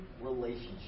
relationship